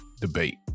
debate